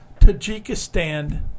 Tajikistan